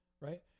right